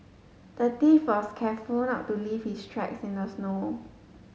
the thief was careful not to leave his tracks in the snow